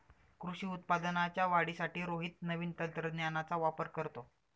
कृषी उत्पादनाच्या वाढीसाठी रोहित नवीन तंत्रज्ञानाचा वापर करतो